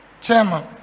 Chairman